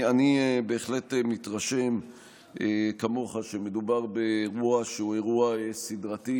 אני בהחלט מתרשם כמוך שמדובר באירוע שהוא אירוע סדרתי,